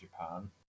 Japan